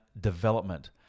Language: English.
development